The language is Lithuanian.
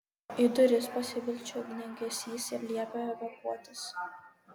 į duris pasibeldžia ugniagesys ir liepia evakuotis